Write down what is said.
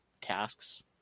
tasks